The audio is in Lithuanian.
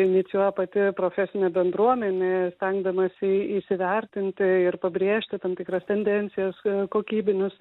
inicijuoja pati profesinė bendruomenė stengdamasi įsivertinti ir pabrėžti tam tikras tendencijas kokybinius